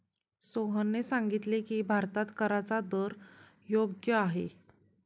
सोहनने सांगितले की, भारतात कराचा दर योग्य आहे